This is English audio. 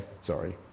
sorry